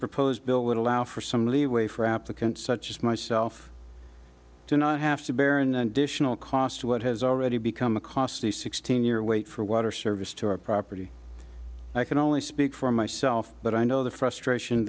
proposed bill would allow for some leeway for applicants such as myself to not have to bear and dish will cost what has already become a costly sixteen year wait for water service to our property i can only speak for myself but i know the frustration